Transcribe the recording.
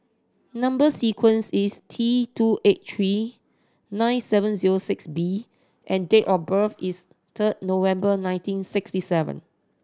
number sequence is T two eight three nine seven zero six B and date of birth is third November nineteen sixty seven